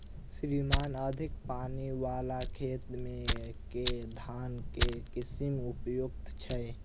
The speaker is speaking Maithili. श्रीमान अधिक पानि वला खेत मे केँ धान केँ किसिम उपयुक्त छैय?